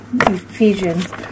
Ephesians